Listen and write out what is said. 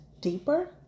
deeper